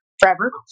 forever